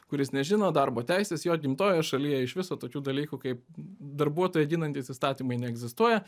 kuris nežino darbo teisės jo gimtojoje šaly jie viso tokių dalykų kaip darbuotoją ginantys įstatymai neegzistuoja